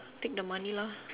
take the money lah